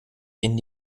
ihnen